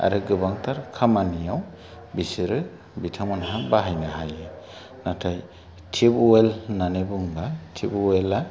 आरो गोबांथार खामानियाव बिसोरो बिथांमोनहा बाहायनो हायो नाथाय टिब वेल होननानै बुंबा टिब वेलआ